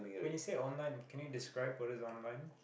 when you say online can you describe what is online